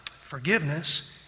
forgiveness